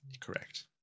Correct